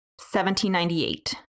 1798